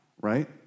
right